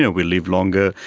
ah we live longer,